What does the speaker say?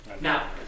Now